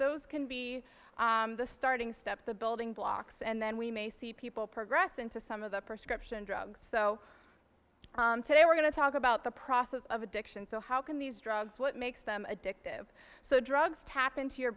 those can be the starting step the building blocks and then we may see people progress into some of the prescription drugs so today we're going to talk about the process of addiction so how can these drugs what makes them addictive so drugs tap into your